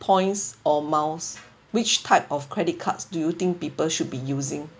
points or miles which type of credit cards do you think people should be using